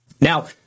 Now